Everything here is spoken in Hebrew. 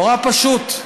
נורא פשוט: